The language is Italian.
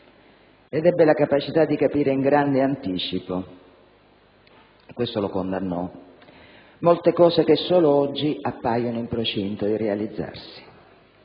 Ed ebbe la capacità di capire in grande anticipo - e questo lo condannò - molte cose che solo oggi appaiono in procinto di realizzarsi.